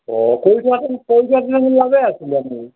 অঁ কৰি থোৱাহেঁতেন কৰি থোৱা হ'লে দেখোন ভালেই আছিলে আপুনি